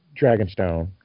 Dragonstone